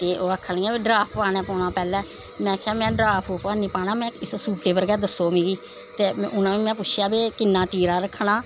ते ओह् आखन लगियां ड्राफ पानैं पौनां पैह्लैं में आखेआ में ड्राफ ऐनी नी पाना इस सूटै पर दस्सो मिगी ते उनेंगी में पुच्छेआ भला किन्नां तीरा रक्खनां